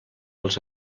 els